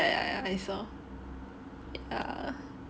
ya ya I saw ya